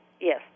yes